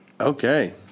Okay